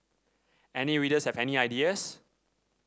any readers have any ideas